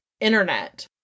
internet